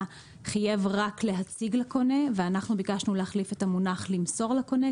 חייב רק להציג לקונה ואנחנו ביקשנו להחליף את המונח ל'למסור לקונה',